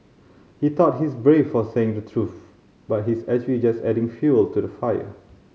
he thought he's brave for saying the truth but he's actually just adding fuel to the fire